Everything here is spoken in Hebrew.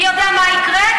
מי יודע מה יקרה?